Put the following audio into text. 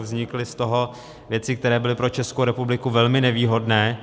Vznikly z toho věci, které byly pro Českou republiku velmi nevýhodné.